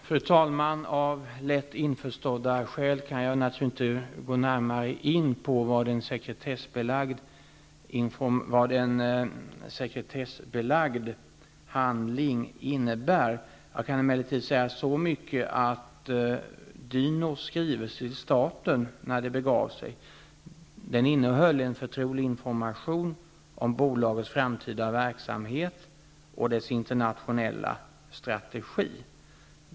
Fru talman! Av lätt förstådda skäl kan jag naturligtvis inte gå närmare in på vad en sekretessbelagd handling innebär. Jag kan emellertid säga så mycket, att Dynos skrivelse till staten när det begav sig innehöll en förtrolig information om bolagets framtida verksamhet och dess internationella strategi.